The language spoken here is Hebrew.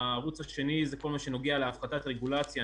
הוא כל מה שנוגע להפחתת רגולציה.